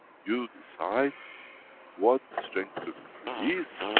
you decide what strength to release,